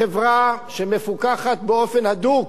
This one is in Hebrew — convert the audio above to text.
החברה, שמפוקחת באופן הדוק